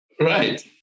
Right